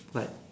like